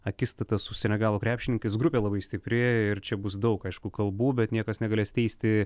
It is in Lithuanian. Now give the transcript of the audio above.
akistata su senegalo krepšininkais grupė labai stipri ir čia bus daug aišku kalbų bet niekas negalės teisti